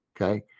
Okay